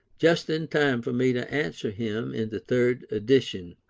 just in time for me to answer him in the third edition.